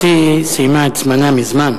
גברתי סיימה את זמנה מזמן.